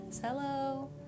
Hello